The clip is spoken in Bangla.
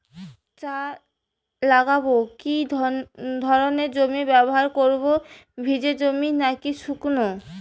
চা লাগাবো কি ধরনের জমি ব্যবহার করব ভিজে জমি নাকি শুকনো?